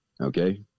Okay